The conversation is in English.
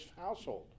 household